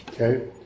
Okay